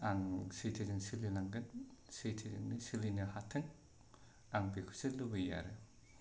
आं सैथोजों सोलिलांगोन सैथोजोंनो सोलिनो हाथों आं बेखौसो लुबैयो आरो